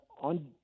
on